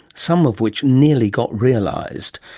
some of which nearly got realised.